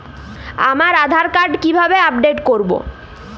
আমার আধার কার্ড কিভাবে আপডেট করব?